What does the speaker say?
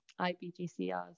IBGCRs